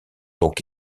donc